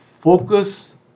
focus